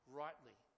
rightly